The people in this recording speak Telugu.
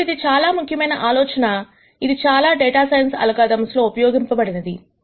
ఇప్పుడు ఇది చాలా ముఖ్యమైన ఆలోచన అది చాలా డేటా సైన్స్ అల్గారిథమ్స్ లో ఉపయోగించబడినది